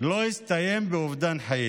לא הסתיים באובדן חיים.